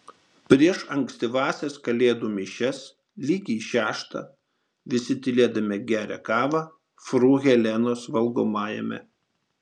prieš ankstyvąsias kalėdų mišias lygiai šeštą visi tylėdami geria kavą fru helenos valgomajame